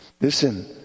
Listen